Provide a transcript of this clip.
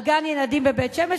על גן-ילדים בבית-שמש,